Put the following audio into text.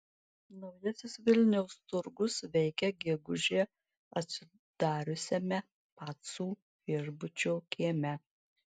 naujasis vilniaus turgus veikia gegužę atsidariusiame pacų viešbučio kieme